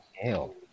Hell